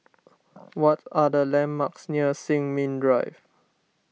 what are the landmarks near Sin Ming Drive